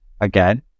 again